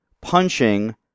punching